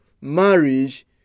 marriage